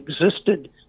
existed